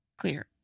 clear